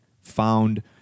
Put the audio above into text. found